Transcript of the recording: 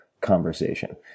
conversation